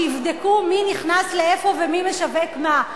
שיבדקו מי נכנס לאיפה ומי משווק מה.